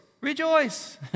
Rejoice